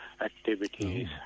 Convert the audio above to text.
activities